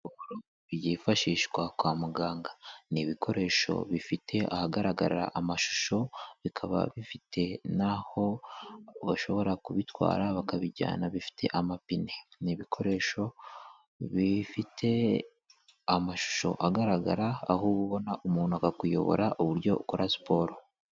Ibikoresho byifashishwa kwa muganga ni ibikoresho bifite ahagaragarira amashusho bikaba bifite n'aho bashobora kubitwara bakabijyana; bifite amapine, ni ibikoresho bifite amashusho agaragara aho ubona umuntu akakuyobora uburyo ukora siporo.